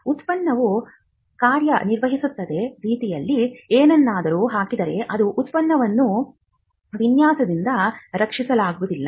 ಉತ್ಪನ್ನವು ಕಾರ್ಯನಿರ್ವಹಿಸುವ ರೀತಿಯಲ್ಲಿ ಏನನ್ನಾದರೂ ಹಾಕಿದರೆ ಅದು ಉತ್ಪನ್ನವನ್ನು ವಿನ್ಯಾಸದಿಂದ ರಕ್ಷಿಸಲಾಗುವುದಿಲ್ಲ